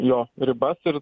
jo ribas ir